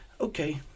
okay